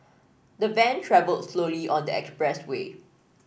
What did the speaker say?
the van travelled slowly on the expressway